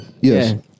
Yes